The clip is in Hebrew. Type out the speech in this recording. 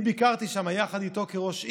אני ביקרתי שם יחד איתו כראש עיר.